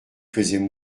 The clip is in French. faisaient